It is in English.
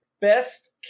Best